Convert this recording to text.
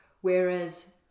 Whereas